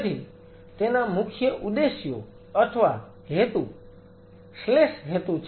તેથી તેના મુખ્ય ઉદેશ્યો અથવા હેતુ હેતુ છે